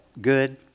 good